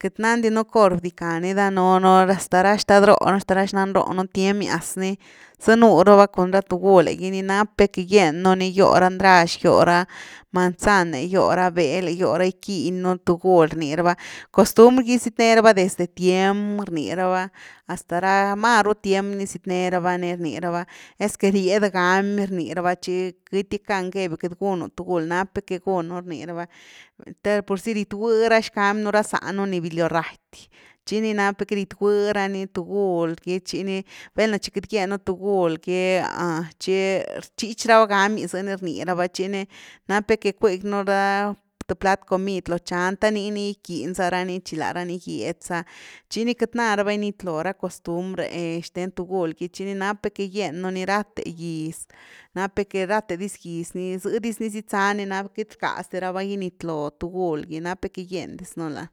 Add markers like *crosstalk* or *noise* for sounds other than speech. queity nandi nú cor bdicka ni danuunu, hasta ra xtad roh nú hasta ra xnan róh nú tiemias ni zanuu raba cun ra tugul’e gy, nap nú que giennu ni, gyó ra ndrax, gyó ra manzan’e, gyo ra bél’e gyó ra gickin nú tugul rni raba, costumbr gy sied-né raba desde tiem rnii raba, hasta máru tiem ni zied-ne raba ni rni raba, esque ried gamy rniraba tchi queity ckan gebiu queity gunu tugul, napu que gúnu ni rni raba, te purzy ried gu ra xcamy nú ra záh nú ni vil´+o raty, tchi ni nap ni que gied-gui ra ni tugul gy tchi ni, vel’na chi queity gien nú tugul gy *hesitation* tchi rchich ra gamy zë ni rni raba, chi ni nap nú que ckuick nú ra th plat comid lo chán the nii ni gickin zara ni tchi larani gied za, tchi ni queity ná raba ginitloo ra costumbr’e xthen tugul gy tchi ni napnu que giennu ni rathe gyz, nap ni que rathe ra giz ni, zëdys ni sied-zá ni na, queity rckaz di raba ginitloo tugul gy nap nú que gien dis nú lany.